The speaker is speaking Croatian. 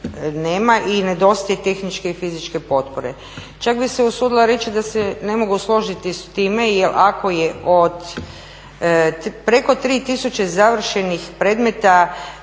nema i ne dostaje tehničke i fizičke potpore. Čak bi se usudila reći da se ne mogu složiti s time, jel ako je od preko 3 tisuće završenih predmeta